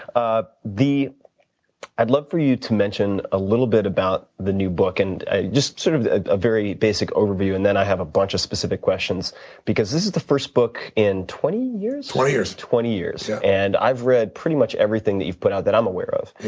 ah i'd love for you to mention a little bit about the new book. and just sort of very basic overview, and then i have a bunch of specific questions because this is the first book in twenty years? twenty years. twenty years. yeah and i've read pretty much everything that you've put out that i'm aware of.